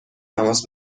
تماس